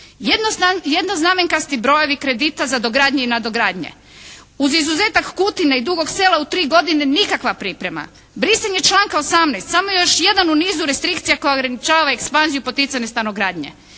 Jednoznamenkasti brojevi kredita za dogradnje i nadogradnje. Uz izuzetak Kutine i Dugog Sela u 3 godine nikakva priprema. Brisanje članka 18. samo je još jedan u nizu restrikcija koje ograničava ekspanziju poticane stanogradnje